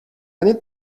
need